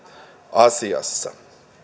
asiassa